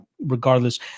Regardless